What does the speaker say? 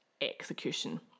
execution